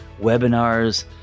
webinars